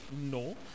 No